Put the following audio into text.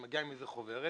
שמגיעה עם איזו חוברת